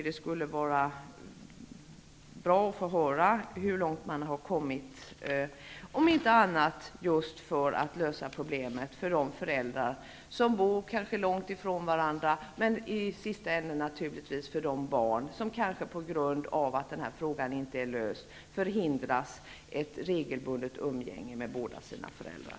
Det vore bra att få höra hur långt man har kommit, om inte annat just för att lösa problemet för de föräldrar som kanske bor långt ifrån varandra. I slutändan gäller det naturligtvis de barn som kanske på grund av att den här frågan inte är löst förhindras ett regelbundet umgänge med båda sina föräldrar.